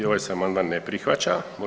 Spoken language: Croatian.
I ovaj se amandman ne prihvaća.